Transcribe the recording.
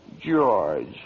George